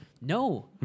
No